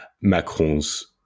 Macron's